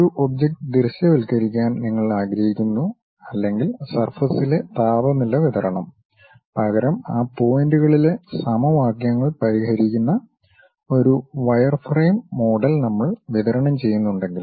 ഒരു ഒബ്ജക്റ്റ് ദൃശ്യവൽക്കരിക്കാൻ നിങ്ങൾ ആഗ്രഹിക്കുന്നു അല്ലെങ്കിൽ സർഫസിലെ താപനില വിതരണം പകരം ആ പോയിന്റുകളിലെ സമവാക്യങ്ങൾ പരിഹരിക്കുന്ന ഒരു വയർഫ്രെയിം മോഡൽ നമ്മൾ വിതരണം ചെയ്യുന്നുണ്ടെങ്കിലും